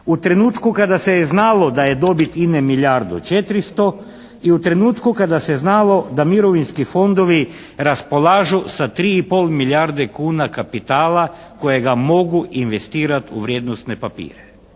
u trenutku kada se je znalo da je dobit INA-e milijardu 400 i u trenutku kada se je znalo da mirovinski fondovi raspolažu sa 3 i pol milijarde kuna kapitala kojega mogu investirati u vrijednosne papire.